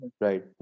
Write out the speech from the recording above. Right